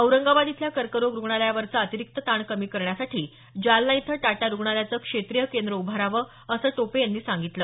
औरंगाबाद इथल्या कर्करोग रुग्णालयावरचा अतिरिक्त ताण कमी करण्यासाठी जालना इथं टाटा रुग्णालयाचं क्षेत्रीय केंद्र उभारावं असं टोपे यांनी सांगितलं